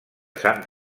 sant